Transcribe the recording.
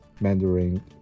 Mandarin